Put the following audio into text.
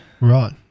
Right